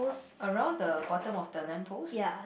around the bottom of the lamp post